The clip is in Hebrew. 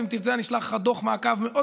ואם תרצה אני אשלח לך דוח מעקב מאוד